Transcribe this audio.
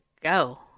go